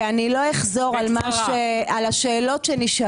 כי אני לא אחזור על השאלות שנשאלו,